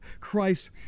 Christ